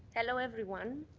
hello, everyone.